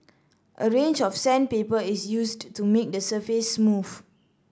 a range of sandpaper is used to make the surface smooth